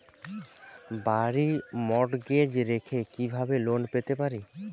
বাড়ি মর্টগেজ রেখে কিভাবে লোন পেতে পারি?